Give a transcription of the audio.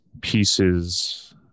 pieces